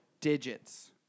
digits